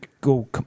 go